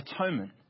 atonement